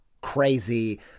crazy